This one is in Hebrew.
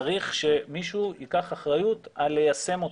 צריך שמישהו ייקח אחריות על ליישם אותן.